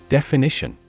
Definition